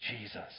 Jesus